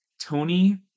Tony